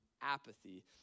apathy